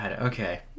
Okay